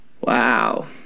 Wow